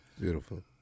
beautiful